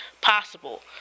possible